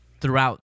throughout